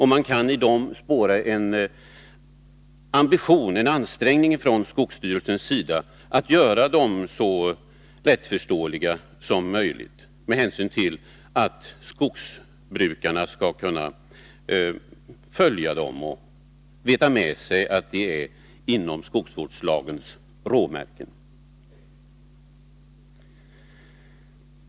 Man kan i dem spåra en ambition från skogsstyrelsens sida att göra föreskrifterna så lättförståeliga som möjligt med hänsyn till att skogsbrukarna skall kunna följa dem och veta med sig att de är inom skogsvårdslagens råmärken.